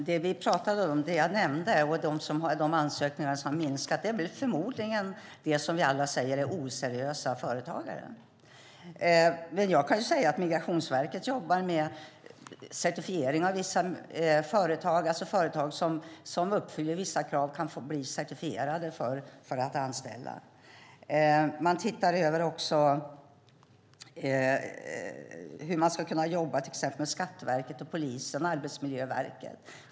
Herr talman! Det jag nämnde om ansökningar som har minskat är förmodligen det som vi säger är oseriösa företagare. Migrationsverket jobbar med certifiering av vissa företag. Företag som uppfyller vissa krav kan bli certifierade för att anställa. Man tittar också på hur man ska kunna jobba med Skatteverket, polisen och Arbetsmiljöverket.